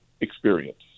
experience